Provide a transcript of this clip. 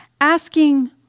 Asking